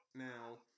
Now